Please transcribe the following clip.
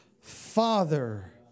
father